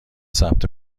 ثبت